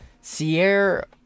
Sierra